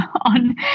on